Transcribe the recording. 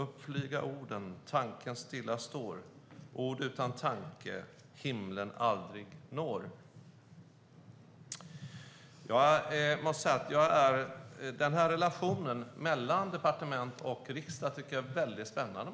Upp flyga ordenTanken stilla stårOrd utan tankeHimlen aldrig når Jag måste säga att jag tycker att relationen mellan departement och riksdag är spännande.